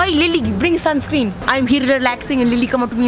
um lilly you bring sunscreen. i'm here relaxing and lilly come up to me